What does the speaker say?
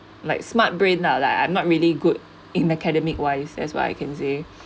like smart brain lah like I'm not really good in academic wise that's what I can say